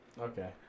Okay